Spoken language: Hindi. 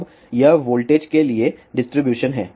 अब यह वोल्टेज के लिए डिस्ट्रीब्यूशन है